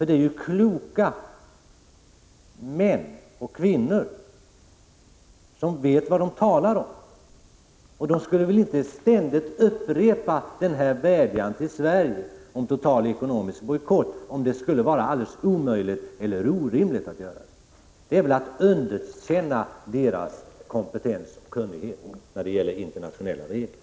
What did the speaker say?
De är kloka män och kvinnor, som vet vad de talar om. De skulle väl inte ständigt upprepa denna vädjan till Sverige om total ekonomisk bojkott om det skulle vara alldeles omöjligt eller orimligt att genomföra den. Det är att underkänna deras kompetens och kunnighet när det gäller internationella regler.